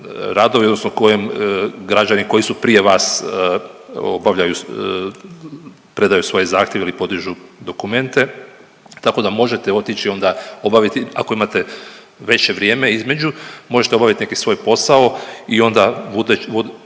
radovi, odnosno građani koji su prije vas obavljaju, predaju svoje zahtjeve ili podižu dokumente tako da možete otići onda obaviti, ako imate veće vrijeme između možete obaviti neki svoj posao i onda prateći